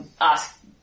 ask